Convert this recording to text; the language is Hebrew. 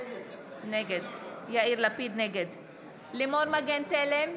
נגד לימור מגן תלם,